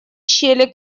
щели